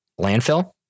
Landfill